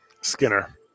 Skinner